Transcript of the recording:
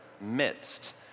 midst